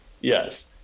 Yes